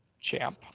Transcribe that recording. champ